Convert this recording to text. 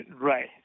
right